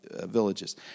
villages